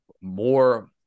more